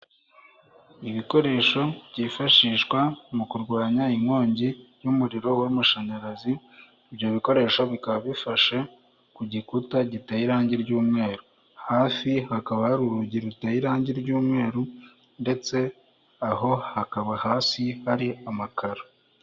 Ibikoresho byifashishwa mu kurwanya inkongi y'umuriro w'amashanyarazi, ibyo bikoresho bikaba bifashe ku gikuta giteye irangi ry'umweru, hafi hakaba hari urugi ruteye irangi ry'umweru ndetse aho hakaba hasi hari amakaro.